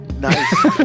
Nice